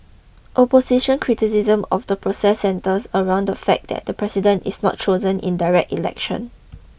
opposition criticism of the process centres around the fact that the president is not chosen in direct election